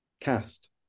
cast